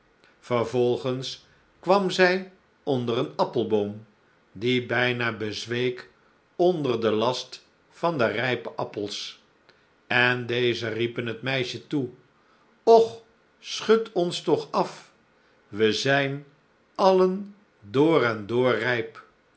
vervolgens kwam zij onder een appelboom die bijna bezweek onder den last van de rijpe appels en deze riepen het meisje toe och schud ons toch af we zijn allen